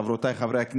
חברותיי חברות הכנסת,